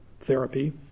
therapy